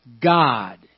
God